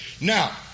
Now